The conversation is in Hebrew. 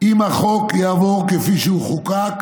"אם החוק יעבור כפי שהוא חוקק,